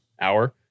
hour